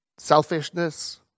selfishness